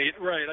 right